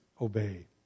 obey